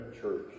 church